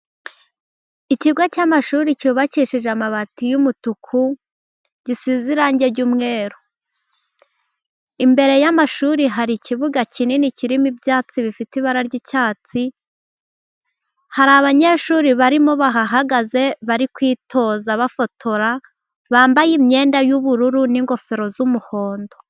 Ikigo cy'amashuri cyubakishije amabati y'umutuku gisize irangi ry'umweru, imbere y'amashuri hari ikibuga kinini kirimo ibyatsi bifite ibara ry'icyatsi, hari abanyeshuri barimo bahahagaze bari kwitoza bafotora, bambaye imyenda y'ubururu n'ingofero z'umuhondo.